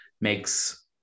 makes